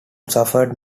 suffered